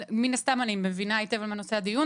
מן הסתם אני מבינה על מה נושא הדיון